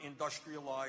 industrialized